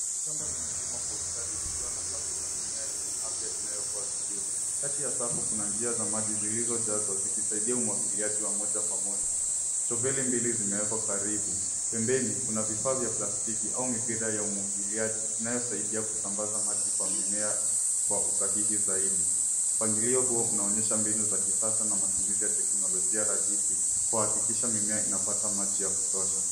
Shamba limelimwa kwa ustadi likiwa na safu za mimea yenye afya inayokuwa vizuri. Kati ya safu kuna njia za maji zilizojazwa zikisaidia umwagiliaji wa moja kwa moja. Sheveli mbili zimewekwa karibu. Pembeni kuna vifaa vya plastiki au mipira ya umwagiliaji inayosaidia kusambaza maji kwa mimea kwa usahihi zaidi. Mpangilio huo unaonyesha mbinu za kisasa na matumizi ya teknolojia rahisi kuhakikisha mimea inapata maji ya kutosha.